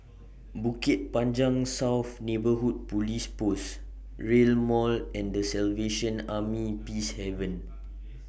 Bukit Panjang South Neighbourhood Police Post Rail Mall and The Salvation Army Peacehaven